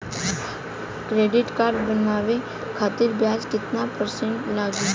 Credit card बनवाने खातिर ब्याज कितना परसेंट लगी?